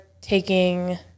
taking